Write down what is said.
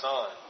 Son